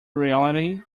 reality